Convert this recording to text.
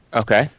Okay